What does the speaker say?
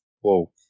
Whoa